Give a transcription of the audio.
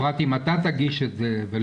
בפרט אם אתה תגיש את זה.